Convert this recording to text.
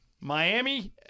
miami